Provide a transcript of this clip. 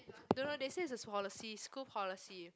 don't know they say it's a policy school policy